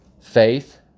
Faith